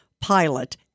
pilot